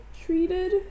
treated